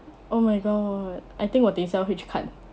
oh my god I think 我等一下回去看